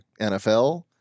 NFL